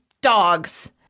dogs